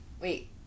Wait